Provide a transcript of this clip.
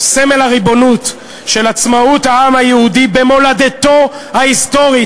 סמל הריבונות של עצמאות העם היהודי במולדתו ההיסטורית,